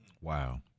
Wow